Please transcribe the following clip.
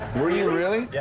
were you really? yeah